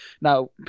Now